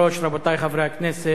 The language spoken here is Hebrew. רבותי חברי הכנסת,